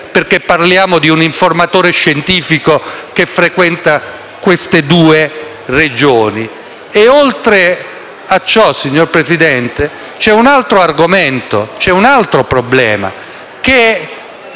perché parliamo di un informatore scientifico che frequenta queste due Regioni. E oltre a ciò, signor Presidente, c'è un altro problema: